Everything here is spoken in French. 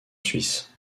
suisse